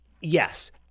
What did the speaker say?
Yes